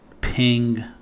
ping